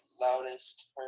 loudest